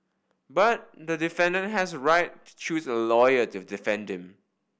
but the has a right to choose a lawyer to defend him